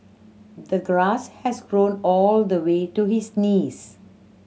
the grass has grown all the way to his knees